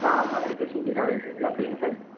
ஆ ஆமாங்க Krishnamurthy travel agency தான் சொல்லுங்கள் சார்